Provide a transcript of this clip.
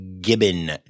Gibbon